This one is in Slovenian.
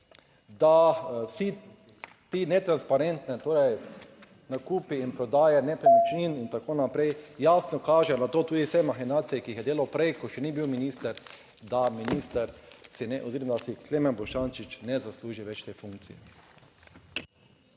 da vsi ti netransparentni nakupi in prodaje nepremičnin in tako naprej, jasno kažejo na to, tudi vse mahinacije, ki jih je delal prej, ko še ni bil minister, da minister oziroma si Klemen Boštjančič ne zasluži več te funkcije.